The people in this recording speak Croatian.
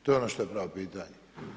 To je ono što je pravo pitanje.